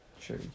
Sure